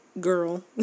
girl